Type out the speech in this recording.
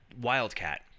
Wildcat